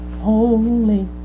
holy